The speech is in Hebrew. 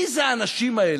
מי זה האנשים האלה,